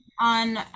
on